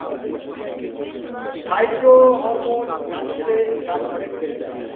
phytohormone গাছে দিলে গাছ অনেক বেড়ে ওঠে